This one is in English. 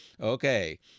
Okay